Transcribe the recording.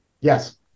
Yes